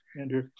Andrew